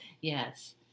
Yes